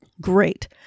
great